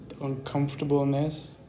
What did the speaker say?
uncomfortableness